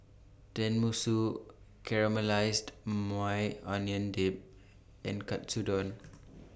Tenmusu Caramelized Maui Onion Dip and Katsudon